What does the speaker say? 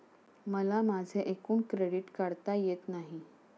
मला माझे एकूण क्रेडिट काढता येत नाही